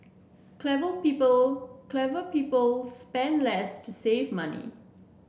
clever people clever people spend less to save money